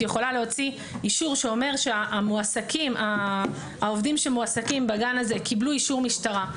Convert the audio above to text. יכולה להוציא אישור שאומר שהעובדים שמועסקים בגן הזה קיבלו אישור משטרה.